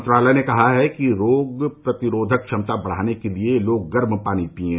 मंत्रालय ने कहा कि रोग प्रतिरोधक क्षमता बढाने के लिए लोग गर्म पानी पिएं